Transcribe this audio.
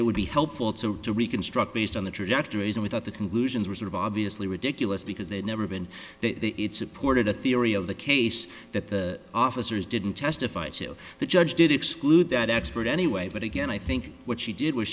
it would be helpful to reconstruct based on the trajectories and we thought the conclusions were sort of obviously ridiculous because they've never been that it supported a theory of the case that the officers didn't testify to the judge did exclude that expert anyway but again i think what she did was